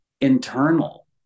internal